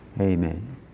amen